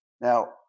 Now